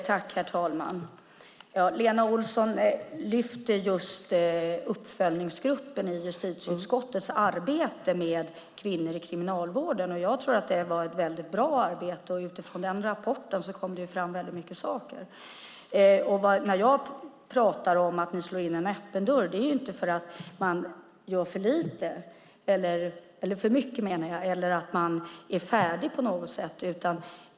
Herr talman! Lena Olsson lyfter fram det arbete som uppföljningsgruppen i justitieutskottet gjort om kvinnor i kriminalvården. Jag tycker att det är ett bra arbete. Genom den rapporten har det kommit fram mycket saker. När jag talar om att man slår in öppna dörrar är det inte för att jag anser att det görs för mycket eller att man är färdig på något sätt.